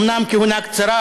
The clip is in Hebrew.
אומנם כהונה קצרה,